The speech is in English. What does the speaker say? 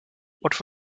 what